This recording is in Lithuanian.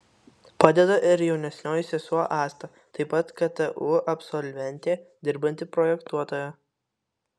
padeda ir jaunesnioji sesuo asta taip pat ktu absolventė dirbanti projektuotoja